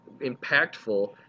impactful